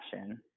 action